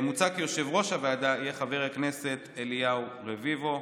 מוצע כי יושב-ראש הוועדה יהיה חבר הכנסת אליהו רביבו,